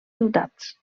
ciutats